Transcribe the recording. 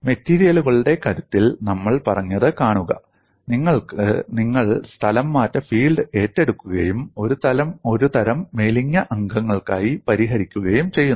മെറ്റീരിയലുകളുടെ കരുത്തിൽ നമ്മൾ പറഞ്ഞത് കാണുക നിങ്ങൾ സ്ഥലംമാറ്റ ഫീൽഡ് ഏറ്റെടുക്കുകയും ഒരു തരം മെലിഞ്ഞ അംഗങ്ങൾക്കായി പരിഹരിക്കുകയും ചെയ്യുന്നു